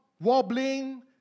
wobbling